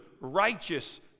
righteous